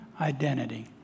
identity